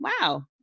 wow